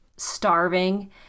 Starving